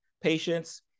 patients